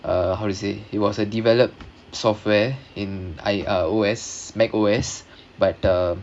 uh how to say it was a developed software in I uh O_S mac O_S but uh